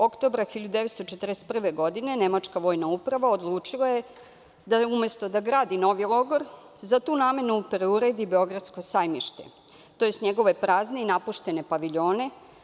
Oktobra 1941. godine nemačka vojna uprava odlučila je da umesto da gradi novi logor za tu namenu, preuredi Beogradsko sajmište, tj. njegove prazne i napuštene paviljone.